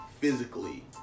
physically